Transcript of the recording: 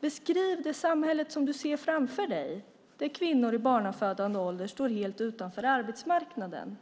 Beskriv det samhälle som du ser framför dig, där kvinnor i barnafödande ålder står helt utanför arbetsmarknaden!